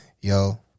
yo